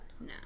No